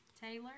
Taylor